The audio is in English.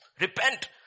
Repent